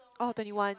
uh twenty one